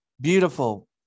Beautiful